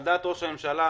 על דעת ראש הממשלה.